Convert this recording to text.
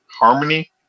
harmony